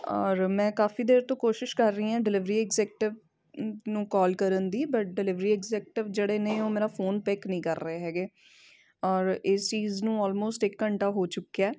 ਔਰ ਮੈਂ ਕਾਫ਼ੀ ਦੇਰ ਤੋਂ ਕੋਸ਼ਿਸ਼ ਕਰ ਰਹੀ ਹਾਂ ਡਿਲੀਵਰੀ ਐਗਜੈਕਟਿਵ ਨੂੰ ਕੋਲ ਕਰਨ ਦੀ ਬਟ ਡਿਲੀਵਰੀ ਐਕਜੈਕਟਿਵ ਜਿਹੜੇ ਨੇ ਉਹ ਮੇਰਾ ਫੋਨ ਪਿੱਕ ਨਹੀਂ ਕਰ ਰਹੇ ਹੈਗੇ ਔਰ ਇਸ ਚੀਜ਼ ਨੂੰ ਆਲਮੋਸਟ ਇੱਕ ਘੰਟਾ ਹੋ ਚੁੱਕਿਆ